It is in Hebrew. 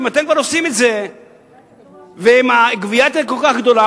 אם אתם כבר עושים את זה ואם הגבייה תהיה כל כך גדולה,